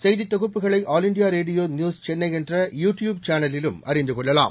செய்தி தொகுப்புகளை all India radio news Chennai என்ற யு டியூப் சேனலிலும் அறிந்து கொள்ளலாம்